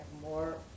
more